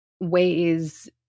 ways –